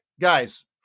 guys